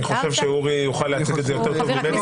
אני חושב שאורי יוכל להגיד את זה יותר טוב ממני.